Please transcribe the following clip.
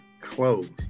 clothes